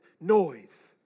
noise